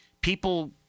people